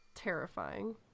terrifying